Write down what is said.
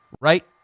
right